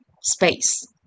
space